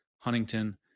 Huntington